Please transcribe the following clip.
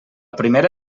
primera